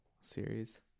series